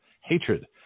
hatred